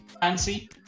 fancy